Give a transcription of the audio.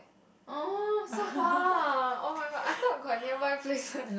oh so sad oh-my-god I thought got nearby places